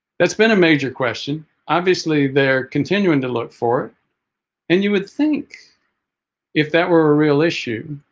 that's been a major question obviously they're continuing to look for it and you would think if that were a real issue